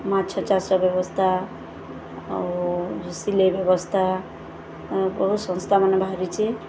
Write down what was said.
ମାଛ ଚାଷ ବ୍ୟବସ୍ଥା ଆଉ ସିଲେଇ ବ୍ୟବସ୍ଥା ବହୁ ସଂସ୍ଥା ମାନ ବାହାରିଚେ